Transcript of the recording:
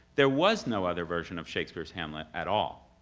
there was no other version of shakespeare's hamlet at all.